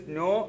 no